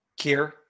Kier